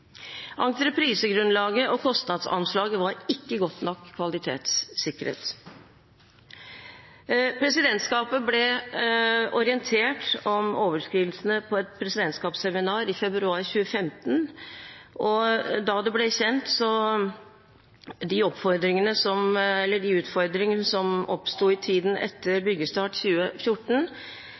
her. Entreprisegrunnlaget og kostnadsanslaget var ikke godt nok kvalitetssikret. Presidentskapet ble orientert om overskridelsene på et presidentskapsseminar i februar 2015. Da de utfordringene som oppsto i tiden etter byggestart i 2014,